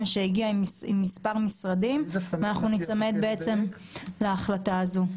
עם מספר משרדים ואנחנו ניצמד להחלטה הזאת.